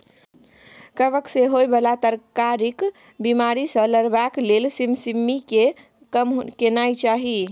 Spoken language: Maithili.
कवक सँ होए बला तरकारीक बिमारी सँ लड़बाक लेल सिमसिमीकेँ कम केनाय चाही